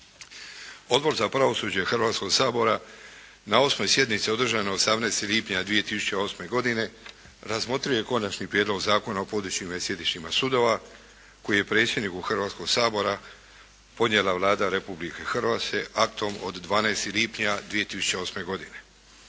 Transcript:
Odbor za pravosuđe Hrvatskog sabora na 8. sjednici održanoj 18. lipnja 2008. godine razmotrio je Konačni prijedlog Zakona o područjima i sjedištima sudova koji je predsjedniku Hrvatskoga sabora podnijela Vlada Republike Hrvatske aktom od 12. lipnja 2008. godine.